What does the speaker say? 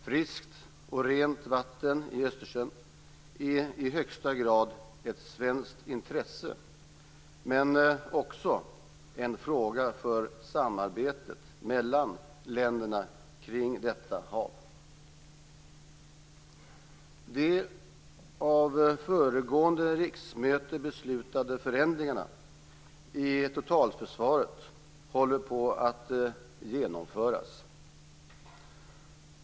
Friskt och rent vatten i Östersjön är i högsta grad ett svenskt intresse, men också en fråga för samarbetet mellan länderna kring detta hav. De av föregående riksmöte beslutade förändringarna i totalförsvaret håller på att genomföras.